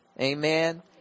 Amen